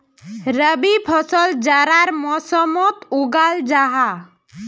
रबी फसल जाड़ार मौसमोट उगाल जाहा